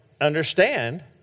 understand